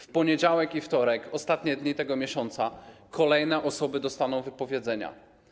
W poniedziałek i wtorek, ostatnie dni tego miesiąca, kolejne osoby dostaną wypowiedzenia.